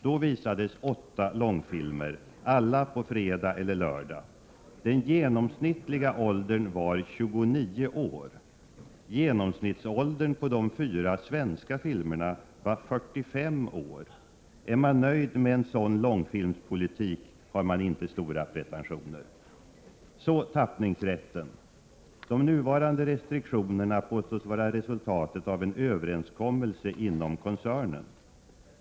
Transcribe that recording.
Då visades åtta långfilmer, alla på fredag och lördag. Den genomsnittliga åldern var 29 år. Genomsnittsåldern på de fyra svenska filmerna var 45 år. Är man nöjd med en sådan långfilmspolitik, har man inte stora pretentioner. Så till tappningsrätten. De nuvarande restriktionerna påstås vara resultatet av en överenskommelse inom koncernen.